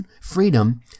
freedom